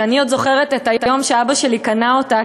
שאני עוד זוכרת את היום שאבא שלי קנה אותה,